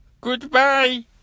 Goodbye